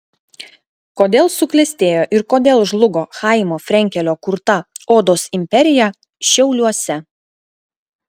kodėl suklestėjo ir kodėl žlugo chaimo frenkelio kurta odos imperija šiauliuose